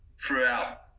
throughout